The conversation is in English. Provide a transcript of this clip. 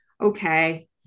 okay